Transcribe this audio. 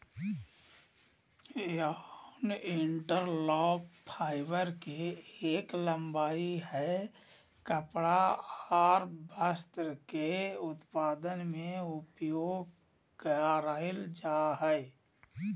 yarn interlock, fibre के एक लंबाई हय कपड़ा आर वस्त्र के उत्पादन में उपयोग करल जा हय